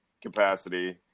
capacity